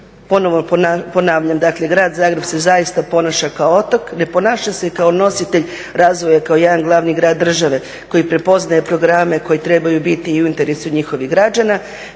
ponovo ponavljam dakle grad Zagreb se zaista ponaša kao otok, ne ponaša se kao nositelj razvoja kao jedan glavni grad države koji prepoznaje programe koji trebaju biti i u interesu njihovih građana,